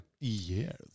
Yes